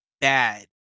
bad